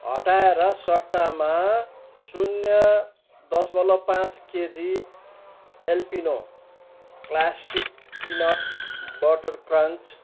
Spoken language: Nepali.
हटाएर सट्टामा शून्य दशमलव पाँच kg Alpino classic peanut butter crunch